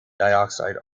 dioxide